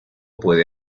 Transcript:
puede